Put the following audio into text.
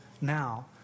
now